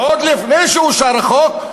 עוד לפני שאושר החוק,